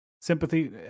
sympathy